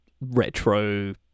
retro